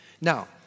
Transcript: Now